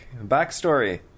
Backstory